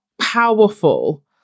powerful